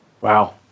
Wow